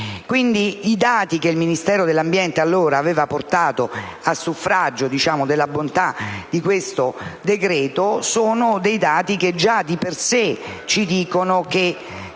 i dati che il Ministero dell'ambiente aveva all'epoca portato a suffragio della bontà di questo decreto sono dei dati che, già di per sé, ci dicono che